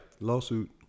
lawsuit